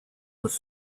with